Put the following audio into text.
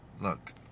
look